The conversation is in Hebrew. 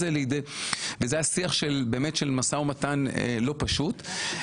וזה היה שיח של משא ומתן לא פשוט.